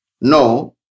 No